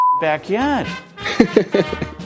backyard